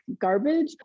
garbage